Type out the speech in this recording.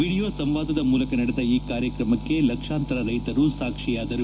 video ಸಂವಾದದ ಮೂಲಕ ನಡೆದ ಈ ಕಾರ್ಯಕ್ರಮಕ್ಕೆ ಲಕ್ಷಾಂತರ ರೈತರು ಸಾಕ್ಷಿಯಾದರು